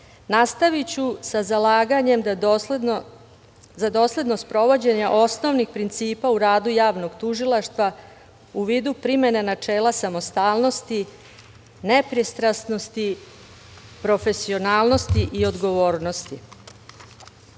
sa zalaganjem za dosledno sprovođenje osnovnih principa u radu javnog tužilaštva u vidu primene načela samostalnosti, nepristranosti, profesionalnosti i odgovornosti. Posebnu